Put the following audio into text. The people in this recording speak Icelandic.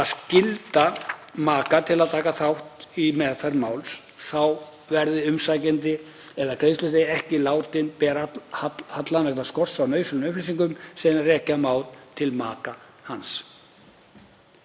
skyldar maka til að taka þátt í meðferð máls. Þá verði umsækjandi eða greiðsluþegi ekki látinn bera hallann vegna skorts á nauðsynlegum upplýsingum sem rekja má til maka hans.